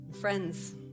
Friends